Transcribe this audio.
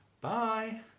Bye